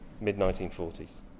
mid-1940s